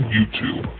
YouTube